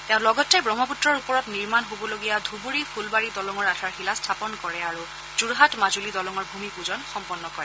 তেওঁ লগতে ব্ৰহ্মপুত্ৰৰ ওপৰত নিৰ্মাণ হবলগীয়া ধুবুৰী ফুলবাৰী দলঙৰ আধাৰশিলা স্থাপন কৰে আৰু যোৰহাট মাজুলী দলঙৰ ভূমিপজন সম্পন্ন কৰে